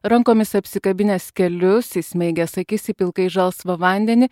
rankomis apsikabinęs kelius įsmeigęs akis į pilkai žalsvą vandenį